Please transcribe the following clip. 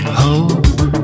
hope